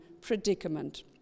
predicament